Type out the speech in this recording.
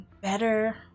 better